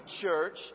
church